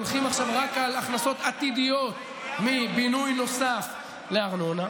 הולכים עכשיו רק על הכנסות עתידיות מבינוי נוסף לארנונה.